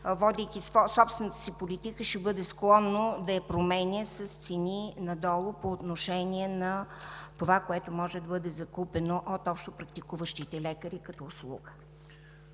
водейки собствената си политика, ще бъде склонно да я променя с цени надолу по отношение на това, което може да бъде закупено от общопрактикуващите лекари като услуга.